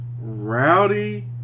Rowdy